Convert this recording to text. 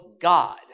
God